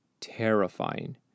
terrifying